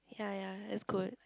yea yea is good